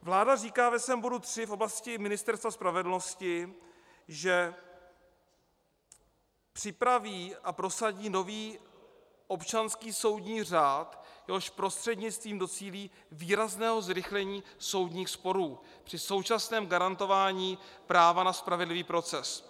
Vláda říká ve svém bodu tři v oblasti Ministerstva spravedlnosti, že připraví a prosadí nový občanský soudní řád, jehož prostřednictvím docílí výrazného zrychlení soudních sporů při současném garantování práva na spravedlivý proces.